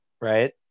right